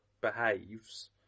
behaves